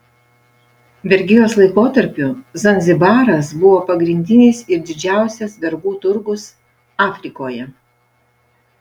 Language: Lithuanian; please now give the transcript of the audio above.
vergijos laikotarpiu zanzibaras buvo pagrindinis ir didžiausias vergų turgus afrikoje